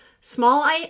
small